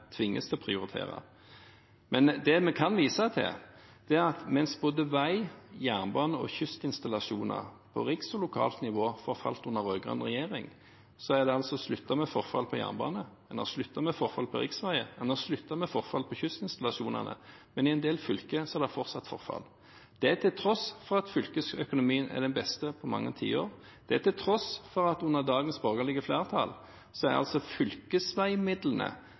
tvinges til å prioritere. Det vi kan vise til, er at mens både vei, jernbane og kystinstallasjoner på riksnivå og lokalt nivå forfalt under rød-grønn regjering, har en sluttet med forfall på jernbanen, en har sluttet med forfall på riksveiene, og en har sluttet med forfall på kystinstallasjonene. Men i en del fylker er det fortsatt forfall – til tross for at fylkesøkonomien er den beste på mange tiår, og til tross for at fylkesveimidlene under dagens borgerlige flertall er økt med 178 pst. utover det de rød-grønne hadde planlagt. Så det er